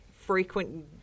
frequent